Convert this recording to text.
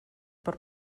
per